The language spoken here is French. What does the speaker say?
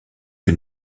que